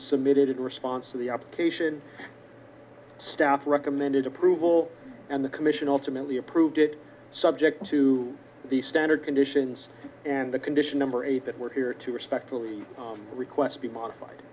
submitted in response to the op cation staff recommended approval and the commission ultimately approved it subject to the standard conditions and the condition number eight that we're here to respectfully request be modified